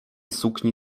sukni